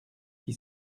qui